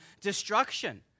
destruction